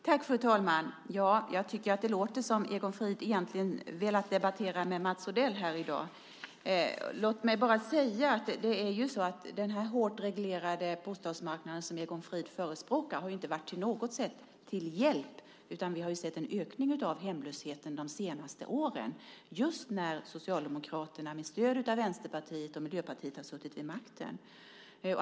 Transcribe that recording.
Fru talman! Jag tycker att det låter som att Egon Frid egentligen hade velat debattera med Mats Odell här i dag. Låt mig bara säga att den här hårt reglerade bostadsmarknaden, som Egon Frid förespråkar, inte på något sätt har varit till hjälp. Vi har ju sett en ökning av hemlösheten under de senaste åren just när Socialdemokraterna med stöd av Vänsterpartiet och Miljöpartiet har suttit vid makten.